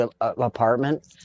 apartment